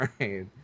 Right